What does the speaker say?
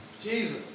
Jesus